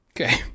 Okay